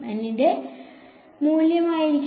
N യുടെ മൂല്യം ആയിരിക്കും